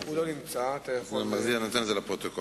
הוא לא נמצא, אני אעביר את זה לפרוטוקול.